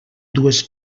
dues